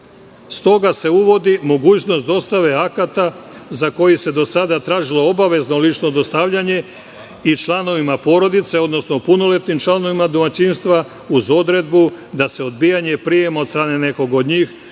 S toga se uvodi mogućnost dostave akata, za koji se do sada tražilo obavezno lično dostavljanje i članovima porodice, odnosno punoletnim članovima domaćinstva, uz odredbu da se odbijanje prijema od strane njih,